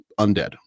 undead